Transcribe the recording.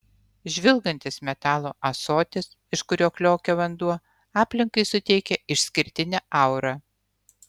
žvilgantis metalo ąsotis iš kurio kliokia vanduo aplinkai suteikia išskirtinę aurą